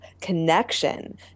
connection